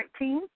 19